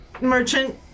merchant